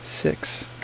six